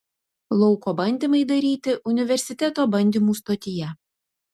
lauko bandymai daryti universiteto bandymų stotyje